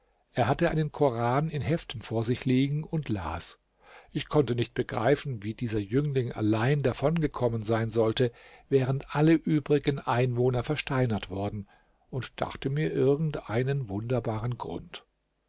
er hatte einen koran in heften vor sich liegen und las ich konnte nicht begreifen wie dieser jüngling allein davon gekommen sein sollte während alle übrigen einwohner versteinert worden und dachte mir irgend einen wunderbaren grund